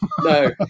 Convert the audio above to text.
No